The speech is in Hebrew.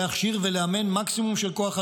להכשיר ולאמן מקסימום של כוח אדם,